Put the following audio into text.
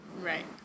Right